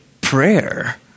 Prayer